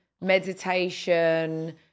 Meditation